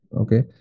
Okay